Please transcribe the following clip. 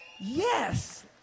Yes